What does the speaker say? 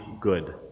good